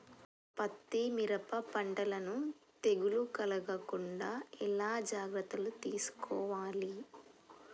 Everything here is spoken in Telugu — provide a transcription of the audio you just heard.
పత్తి మిరప పంటలను తెగులు కలగకుండా ఎలా జాగ్రత్తలు తీసుకోవాలి?